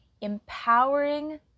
empowering